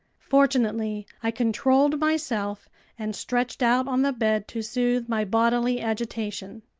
fortunately i controlled myself and stretched out on the bed to soothe my bodily agitation.